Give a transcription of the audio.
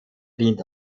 dient